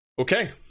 Okay